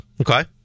Okay